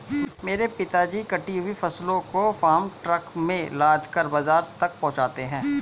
मेरे पिताजी कटी हुई फसलों को फार्म ट्रक में लादकर बाजार तक पहुंचाते हैं